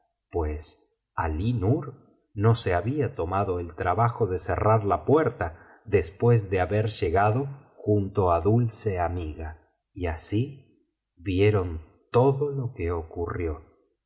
pues alí nur no se había tomado el trabajo de cerrar la puerta después de haber llegado junto á dulce amiga y así vieron todo lo que ocurrió